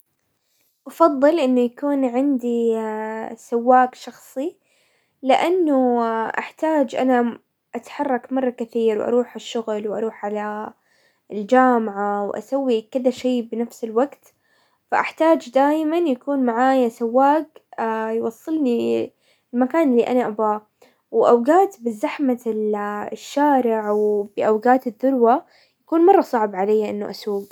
افضل انه يكون عندي سواق شخصي، لانه احتاج انا اتحرك مرة كثير واروح الشغل واروح على الجامعة واسوي كذا شي بنفس الوقت، فاحتاج دايما يكون معايا يوصلني للمكان اللي انا ابغاه، واوقات بزحمة الشارع وباوقات الذروة يكون مرة صعب عليا اني اسوق.